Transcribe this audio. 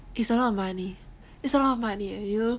it's a lot of money it's a lot of money leh